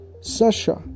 Sasha